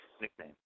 nickname